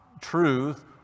truth